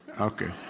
Okay